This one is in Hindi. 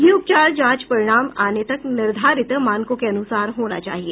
यह उपचार जांच परिणाम आने तक निर्धारित मानकों के अनुसार होना चाहिए